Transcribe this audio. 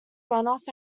runoff